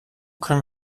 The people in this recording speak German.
können